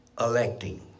electing